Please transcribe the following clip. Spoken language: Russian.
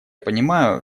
пониманию